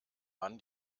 mann